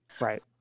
Right